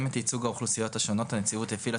את ייצוג האוכלוסיות השונות הנציבות הפעילה